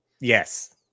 Yes